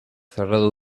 cerrado